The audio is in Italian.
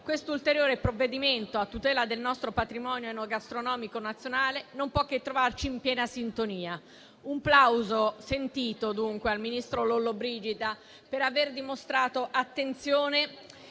questo ulteriore provvedimento a tutela del nostro patrimonio enogastronomico nazionale non può che trovarci in piena sintonia. Un plauso sentito va, dunque, al ministro Lollobrigida per aver dimostrato attenzione